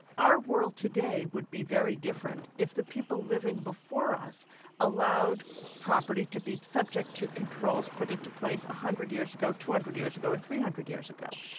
our world today would be very different if the people living before us allowed property to be subject to controls put into place one hundred years ago, two hundred years ago or three hundred years ago.